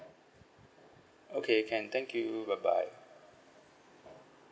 okay can thank you bye bye